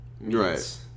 Right